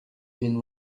been